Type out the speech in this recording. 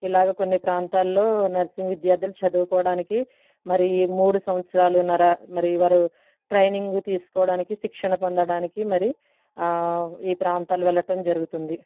ఇలాగ కొన్ని ప్రాంతాల్లో నర్సింగ్ విద్యార్థులు చదువుకోవడానికి మరి మూడు సంవత్సరాలున్నర మరి వారు ట్రైనింగ్ తీసుకోవడానికి శిక్షణ పొందడానికి మరి ఈ ప్రాంతాలు వెళ్ళటం జరుగుతుంది